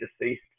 deceased